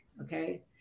okay